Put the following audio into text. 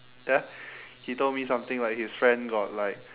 ya he told me something like his friend got like